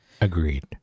Agreed